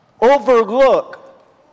overlook